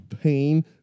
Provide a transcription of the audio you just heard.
pain